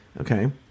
Okay